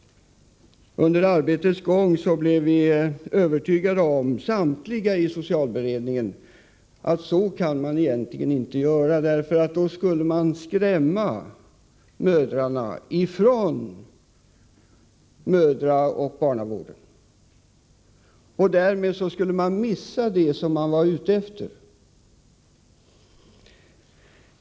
Under arbetets gång blev emellertid alla i socialberedningen övertygade om att så kan man inte göra. Då skulle man nämligen skrämma bort mödrarna från mödraoch barnavården. Därmed skulle man missa det man var ute efter.